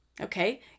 okay